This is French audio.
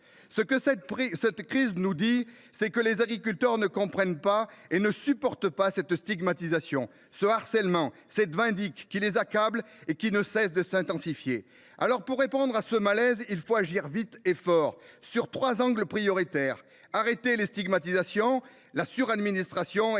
Ce que cette crise nous dit, c’est que les agriculteurs ne comprennent pas et ne supportent plus cette stigmatisation, ce harcèlement, cette vindicte qui les accablent et qui ne cessent de s’intensifier. Pour répondre à ce malaise, il faut agir vite et fort autour de trois axes prioritaires : arrêter la stigmatisation, mettre un terme à la